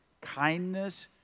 kindness